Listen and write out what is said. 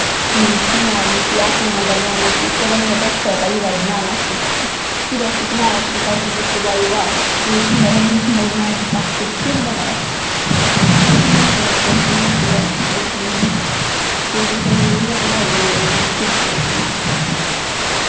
कि कियां असें नी आंदा बनानें गी बड़ा इयां टफ ऐ बनानें आस्तै प्राजैक्ट फिर असैं बनाया इक दो बारी पलुशन दा एयर पल्यूशन दा बी बनाया फिर ठीक बनेआ असैं प्रौजैक्ट मेरा बी हून ते में प्रौजैक्ट कंपलिटली इयां ऐक्सप्लेंन बी करी लैन्नी बनाई बी लैनी इयां ठीक होंदा